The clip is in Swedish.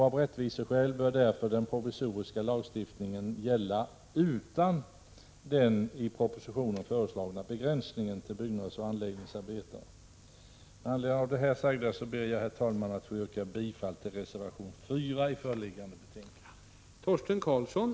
Av rättviseskäl bör därför den provisoriska lagstiftningen gälla utan deni propositionen föreslagna begränsningen till byggnadsoch anläggningsarbetare. Med anledning av det anförda ber jag, herr talman, att få yrka bifall till reservation 4 i föreliggande betänkande.